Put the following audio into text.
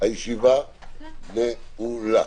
הישיבה נעולה.